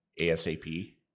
ASAP